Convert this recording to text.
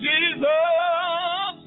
Jesus